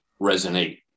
resonate